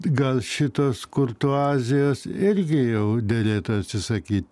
gal šitos kurtuazijos irgi jau derėtų atsisakyt